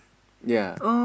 yea